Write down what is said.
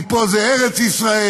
כי פה זה ארץ ישראל,